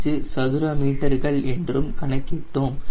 6875 சதுர மீட்டர்கள் என்றும் கணக்கிட்டோம்